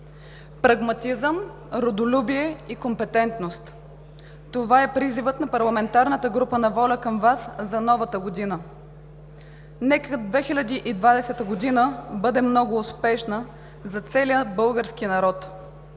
Прагматизъм, родолюбие и компетентност – това е призивът на парламентарната група на ВОЛЯ към Вас за новата година. Нека 2020 г. бъде много успешна за целия български народ!